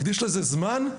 מקדיש לזה זמן,